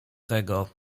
tego